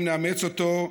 אם נאמץ אותו,